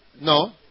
No